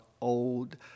old